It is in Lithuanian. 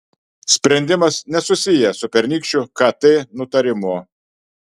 spendimas nesusijęs su pernykščiu kt nutarimu